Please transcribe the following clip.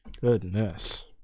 Goodness